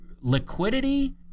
liquidity